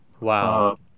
Wow